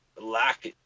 lack